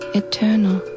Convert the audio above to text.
eternal